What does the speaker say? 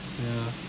ya